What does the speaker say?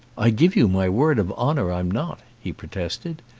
i give you my word of honour i'm not, he protested.